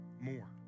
more